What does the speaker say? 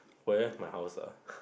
where my house ah